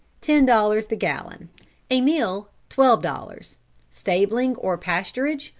ten dollars the gallon a meal, twelve dollars stabling or pasturage,